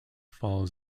follows